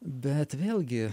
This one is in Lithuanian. bet vėlgi